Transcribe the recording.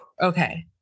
okay